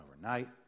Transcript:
overnight